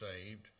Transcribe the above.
saved